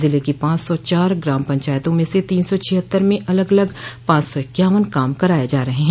जिले की पांच सौ चार ग्राम पंचायतों में से तीन सौ छिहत्तर में अलग अलग पांच सौ इक्यावन काम कराये जा रहे हैं